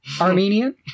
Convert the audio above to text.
Armenian